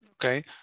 Okay